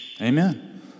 Amen